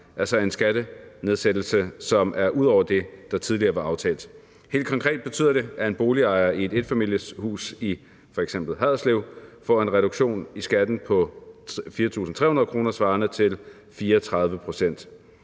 altså en skattenedsættelse, som er ud over det, der tidligere var aftalt. Helt konkret betyder det, at en boligejer i et enfamilieshus i f.eks. Haderslev får en reduktion i skatten på 4.300 kr. svarende til 34 pct.